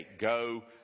Go